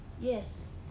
Yes